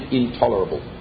intolerable